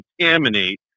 contaminate